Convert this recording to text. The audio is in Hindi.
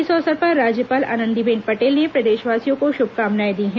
इस अवसर पर राज्यपाल आनंदीबेन पटेल ने प्रदेशवासियों को श्रभकामनाएं दी हैं